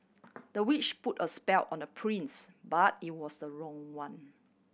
the witch put a spell on the prince but it was the wrong one